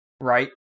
right